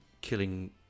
killing